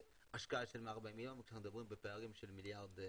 בהשקעה של 140 מיליון ואנחנו מדברים על פערים של מיליארדים